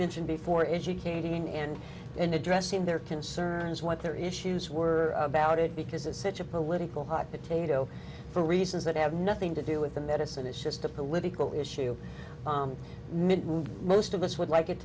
mentioned before educating and in addressing their concerns what their issues were about it because it's such a political hot potato for reasons that have nothing to do with the medicine it's just a political issue most of us would like it